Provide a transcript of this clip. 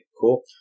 Cool